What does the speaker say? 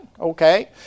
Okay